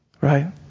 right